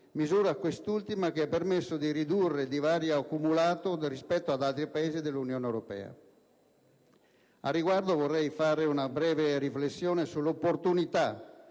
misura, quest'ultima, che ha permesso di ridurre il divario accumulato rispetto ad altri Paesi dell'Unione europea. Al riguardo, vorrei fare una breve riflessione sull'opportunità